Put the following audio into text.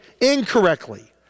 incorrectly